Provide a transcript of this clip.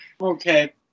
okay